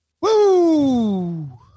Woo